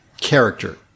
character